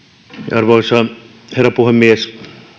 arvoisa herra puhemies